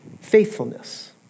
faithfulness